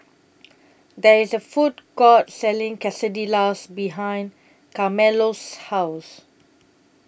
There IS A Food Court Selling Quesadillas behind Carmelo's House